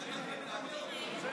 איתם.